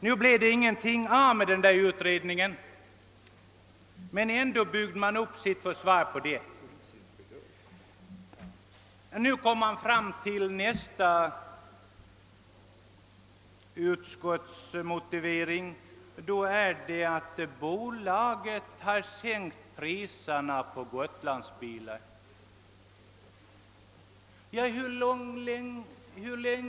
Det blev ingenting av med denna utredning, men ändå byggde man upp sitt försvar på den motiveringen. Nu kommer man fram till nästa utskottsmotivering som är den, att Gotlandsbolaget har sänkt priserna på frakten på bilar från Gotland.